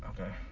Okay